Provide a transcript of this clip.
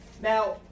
Now